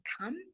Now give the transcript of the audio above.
come